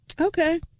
Okay